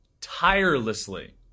tirelessly